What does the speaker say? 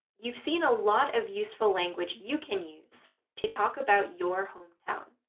you've seen a lot of useful language you can use to talk about your hometown.